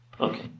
Okay